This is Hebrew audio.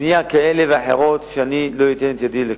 בנייה כאלה ואחרות, ואני לא אתן את ידי לכך.